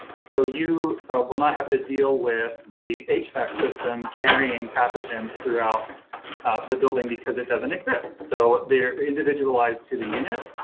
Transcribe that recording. so you will not have to deal with the hvac system carrying pathogens throughout the building because it doesn't exist. so they're individualized to the unit